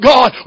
God